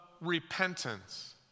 repentance